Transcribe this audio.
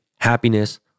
happiness